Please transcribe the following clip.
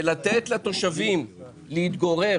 ולתת לתושבים להתגורר